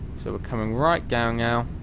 so we're coming right down now,